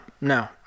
no